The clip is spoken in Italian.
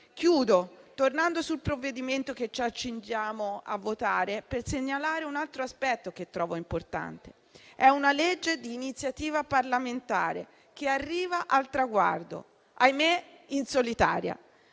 tornando sul provvedimento che ci accingiamo a votare, per segnalare un altro aspetto che trovo importante: è una legge di iniziativa parlamentare che arriva al traguardo - ahimè - in solitaria,